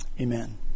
Amen